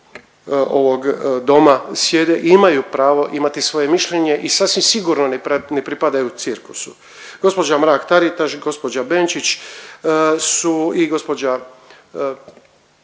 ovog doma sjede i imaju pravo imati svoje mišljenje i sasvim sigurno ne pripadaju cirkusu. Gđa Mrak-Taritaš i gđa Benčić su i gđa